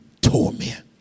torment